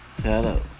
Hello